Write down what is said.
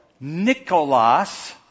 Nicholas